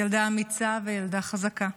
היא ילדה אמיצה וילדה חזקה,